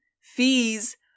fees